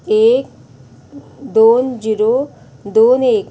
एक दोन झिरो दोन एक